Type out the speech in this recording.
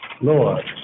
Lord